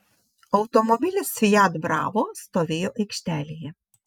automobilis fiat bravo stovėjo aikštelėje